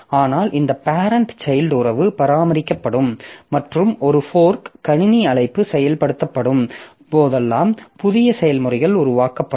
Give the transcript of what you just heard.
ஆனால் இந்த parent child உறவு பராமரிக்கப்படும் மற்றும் ஒரு ஃபோர்க் கணினி அழைப்பு செயல்படுத்தப்படும் போதெல்லாம் புதிய செயல்முறைகள் உருவாக்கப்படும்